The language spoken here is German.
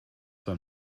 beim